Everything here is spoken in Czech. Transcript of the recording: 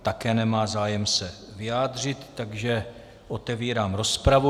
Také nemá zájem se vyjádřit, takže otevírám rozpravu.